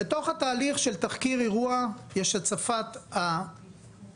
בתוך התהליך של תחקיר אירוע יש הצפת העובדות,